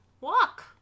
walk